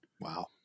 Wow